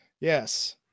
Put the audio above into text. Yes